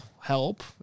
help